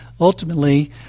ultimately